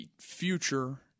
future